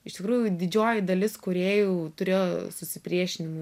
iš tikrųjų didžioji dalis kūrėjų turėjo susipriešinimų